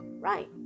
Right